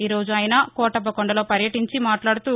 ఈ రోజు ఆయన కోటప్పకొండ లో పర్యటించి మాట్లాడుతూ